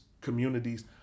communities